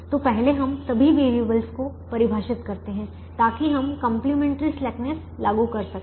तो पहले हम सभी वेरिएबल्स को परिभाषित करते हैं ताकि हम कंप्लीमेंट्री स्लैकनेस लागू कर सकें